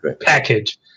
package